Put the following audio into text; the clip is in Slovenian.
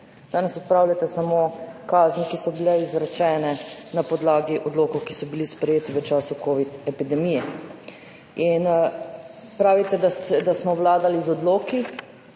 danes odpravljate samo kazni, ki so bile izrečene na podlagi odlokov, ki so bili sprejeti v času covid epidemije. Pravite, da smo vladali z odloki.